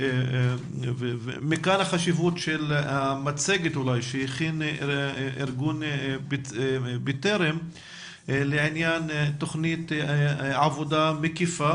מכאן החשיבות של המצגת שהכין ארגון בטרם לעניין תוכנית עבודה מקיפה